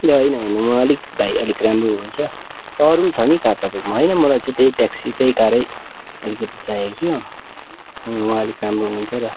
ए होइन होइन उहाँ अलिक भाइ अलिक राम्रो हुनुहुन्छ अरू पनि छ नि कार तपाईँको होइन मलाई चाहिँ त्यही ट्याक्सी त्यही कारै अलिकति चाहिएको थियो वहाँ अलिक रााम्रो हुनुहुन्थ्यो र